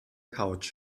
couch